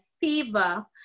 fever